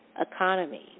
economy